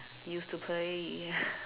used to play